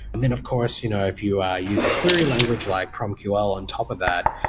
but and of course, you know if you ah use a query language like promql on top of that,